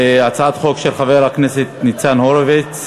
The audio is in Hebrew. הצעת החוק של חבר הכנסת ניצן הורוביץ,